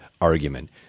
argument